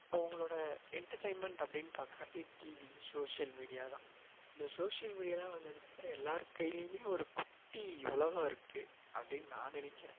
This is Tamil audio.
அவங்களோட எண்டர்டெயின்மெண்ட் அப்படின்னு பார்க்காட்டியும் டிவி சோஷியல் மீடியா தான் இந்த சோஷியல் மீடியாவெலாம் வந்ததுக்கப்புறம் எல்லாேர் கைலேயுமே ஒரு குட்டி உலகம் இருக்குது அப்படின் நான் நினைக்கிறேன்